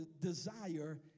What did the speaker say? desire